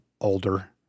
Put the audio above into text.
older